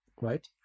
Right